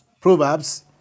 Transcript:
Proverbs